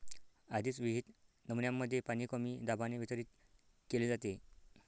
आधीच विहित नमुन्यांमध्ये पाणी कमी दाबाने वितरित केले जाते